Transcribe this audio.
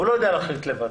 הוא לא יודע להחליט לבד.